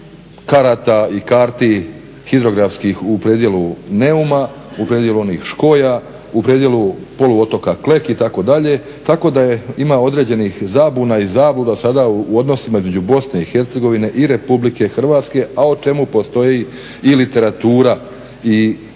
karata i karti hidrografskih u predjelu Neuma, u predjelu onih škoja, u predjelu poluotoka Klek itd.. Tako da je, ima određenih zabuna i zabluda sada u odnosima između Bosne i Hercegovine i Republike Hrvatske a o čemu postoji i literatura i